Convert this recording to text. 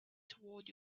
toward